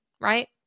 right